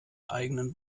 eigenen